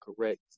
correct